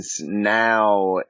now